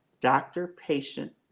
doctor-patient